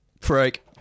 Freak